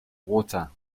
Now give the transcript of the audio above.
water